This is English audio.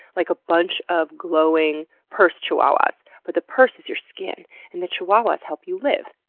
like a bunch of glowing purse chihuahuas but the purse is your skin and the chihuahuas help you live.